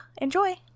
enjoy